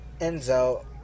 Enzo